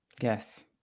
Yes